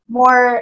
more